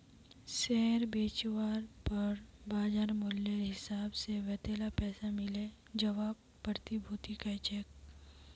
share बेचवार पर बाज़ार मूल्येर हिसाब से वतेला पैसा मिले जवाक प्रतिभूति कह छेक